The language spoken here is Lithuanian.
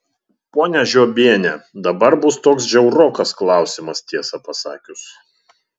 ponia žiobiene dabar bus toks žiaurokas klausimas tiesą pasakius